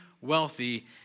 wealthy